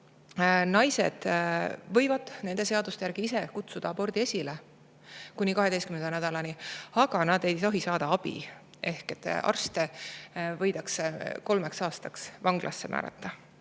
Naised võivad nende seaduste järgi ise kutsuda abordi esile kuni 12. nädalani. Aga nad ei tohi selleks abi saada, arstid võidakse kolmeks aastaks vanglasse saata.